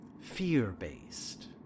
fear-based